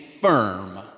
firm